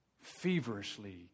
feverishly